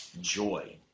joy